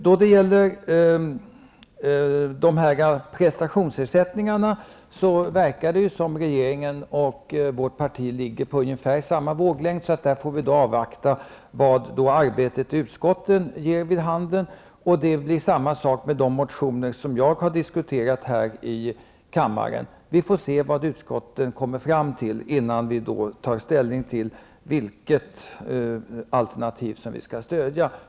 Då det gäller prestationsersättningarna verkar det som om regeringen och vårt parti är på ungefär samma våglängd. Där avvaktar vi vad arbetet i utskotten ger vid handen. Det blir samma sak med de motioner jag har diskuterat här i kammaren. Vi får se vad utskotten kommer fram till innan vi tar ställning till vilket alternativ vi skall stödja.